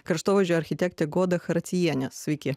kraštovaizdžio architektė goda characiejienė sveiki